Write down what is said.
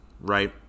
right